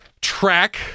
track